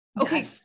Okay